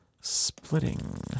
splitting